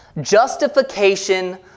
Justification